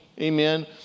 amen